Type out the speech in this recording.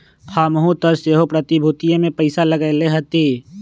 हमहुँ तऽ सेहो प्रतिभूतिय में पइसा लगएले हती